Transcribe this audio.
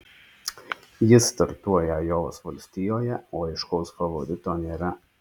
jis startuoja ajovos valstijoje o aiškaus favorito nėra